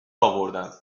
آوردن